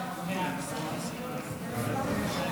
הכרה בארוסות חיילים שנספו במערכה),